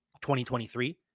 2023